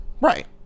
Right